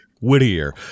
whittier